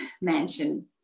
mansion